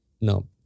no